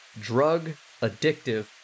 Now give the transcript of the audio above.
drug-addictive